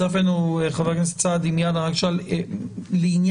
הצטרף אלינו, חבר הכנסת סעדי.